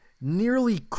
nearly